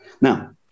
Now